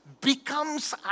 becomes